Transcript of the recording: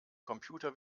computer